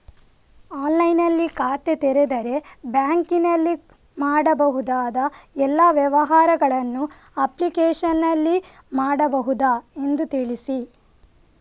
ಆನ್ಲೈನ್ನಲ್ಲಿ ಖಾತೆ ತೆರೆದರೆ ಬ್ಯಾಂಕಿನಲ್ಲಿ ಮಾಡಬಹುದಾ ಎಲ್ಲ ವ್ಯವಹಾರಗಳನ್ನು ಅಪ್ಲಿಕೇಶನ್ನಲ್ಲಿ ಮಾಡಬಹುದಾ ಎಂದು ತಿಳಿಸಿ?